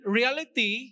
reality